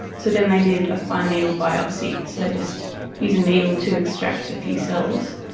so then they did a fine needle biopsy. so they just use a needle to extract a few cells.